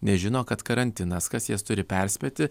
nežino kad karantinas kas jas turi perspėti